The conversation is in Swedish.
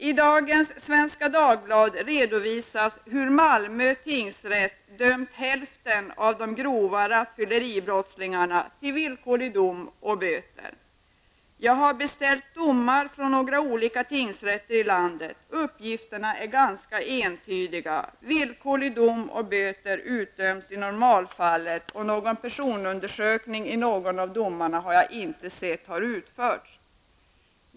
I dagens Svenska Dagbladet redovisas hur Malmö tingsrätt dömt hälften av dem som gjort sig skyldiga till grova rattfylleribrott till villkorlig dom och böter. Jag har beställt domar från några olika tingsrätter i landet. Uppgifterna är ganska entydiga. Villkorlig dom och böter utdöms i normalfallet, och jag har inte sett att personundersökning har utförts i något av dessa fall.